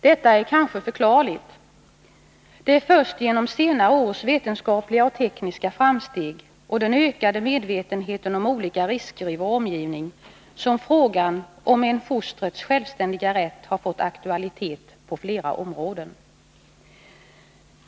Detta är kanske förklarligt. Det är först genom senare års vetenskapliga och tekniska framsteg och den ökade medvetenheten om olika risker i vår omgivning som frågan om fostrets självständiga rätt har fått aktualitet på flera olika områden.